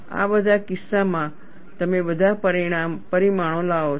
આ બધા કિસ્સાઓમાં તમે બધા પરિમાણો લાવો છો